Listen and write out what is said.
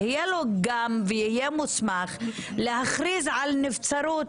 יהיה לו גם ויהיה מוסמך להכריז על נבצרות